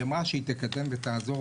היא אמרה שהיא תקדם ותעזור,